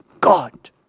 God